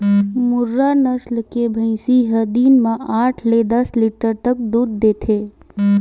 मुर्रा नसल के भइसी ह दिन म आठ ले दस लीटर तक दूद देथे